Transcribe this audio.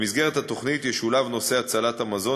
במסגרת התוכנית ישולב נושא הצלת המזון